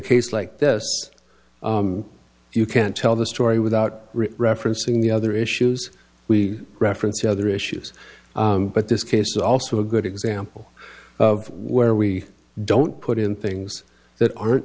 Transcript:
case like this you can't tell the story without referencing the other issues we reference other issues but this case is also a good example of where we don't put in things that aren't